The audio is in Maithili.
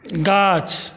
गाछ